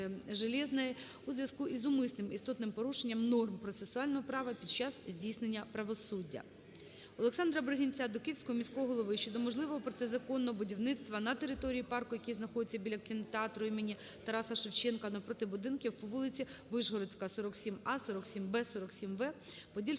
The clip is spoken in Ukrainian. у зв'язку із умисним істотним порушенням норм процесуального права під час здійснення правосуддя. ОлександраБригинця до Київського міського голови щодо можливого протизаконного будівництва на території парку, який знаходиться біля кінотеатру імені Тараса Шевченка навпроти будинків по вулиці Вишгородська, 47а, 47б, 47в Подільського